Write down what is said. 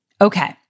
Okay